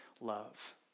love